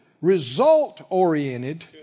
result-oriented